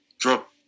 drop